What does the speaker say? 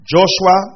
Joshua